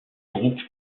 groupe